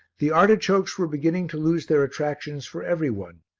the artichokes were beginning to lose their attractions for every one,